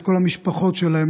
את כל המשפחות שלהם,